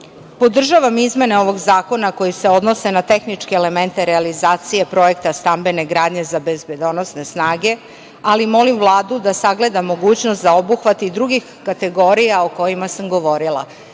zanimanja. Podržavam izmene ovog zakona koji se odnose na tehničke elemente realizacije projekta stambene gradnje za bezbednosne snage, ali molim Vladu da sagleda mogućnost za obuhvat i drugih kategorija o kojima sam